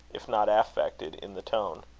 if not affected, in the tone.